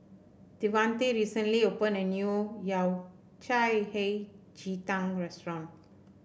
Devante recently opened a new Yao Cai Hei Ji Tang restaurant